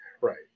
Right